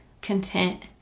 content